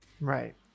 Right